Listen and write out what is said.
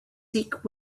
sikh